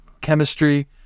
chemistry